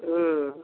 ହୁଁ